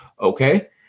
Okay